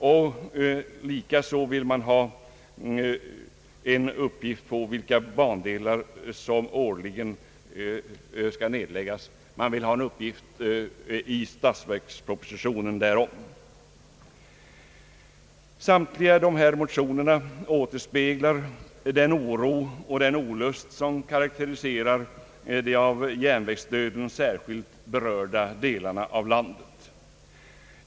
Dessutom vill man i statsverkspropositionen årligen ha en uppgift på vilka bandelar som är avsedda att nedläggas. Samtliga dessa motioner återspeglar den oro och den olust som karakteriserar de av järnvägsdöden särskilt berörda delarna av landet.